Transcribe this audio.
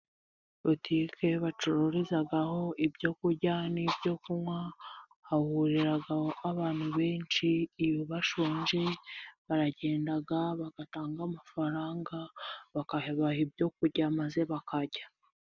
Butike yo bacururizaho ibyo kurya n'ibyo kunywa, hahuriraho abantu benshi iyo bashonje. Baragenda bagatanga amafaranga bakabaha ibyo kurya, maze bakarya.